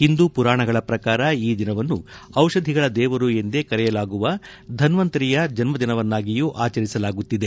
ಹಿಂದೂ ಪುರಾಣಗಳ ಪ್ರಕಾರ ಈ ದಿನವನ್ನು ದಿಷಧಿಗಳ ದೇವರು ಎಂದೇ ಕರೆಯಲಾಗುವ ಧನ್ವಂತರಿಯ ಜನ್ದಿನವನ್ನಾಗಿಯೂ ಆಚರಿಸಲಾಗುತ್ತಿದೆ